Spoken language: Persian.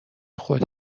خود